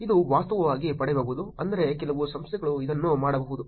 ಇದು ವಾಸ್ತವವಾಗಿ ಪಡೆಯಬಹುದು ಅಂದರೆ ಕೆಲವು ಸಂಸ್ಥೆಗಳು ಇದನ್ನು ಮಾಡಬಹುದು